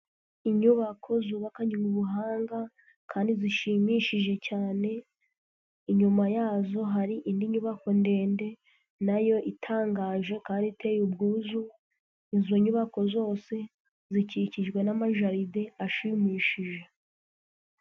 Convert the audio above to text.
Inyubako zubakanywe ubuhanga kandi zishimishije cyane, inyuma yazo hari indi nyubako ndende nayo itangaje kandi iteye ubwuzu, izo nyubako zose zikikijwe n'amajaride ashimishije.